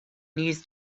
news